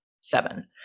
seven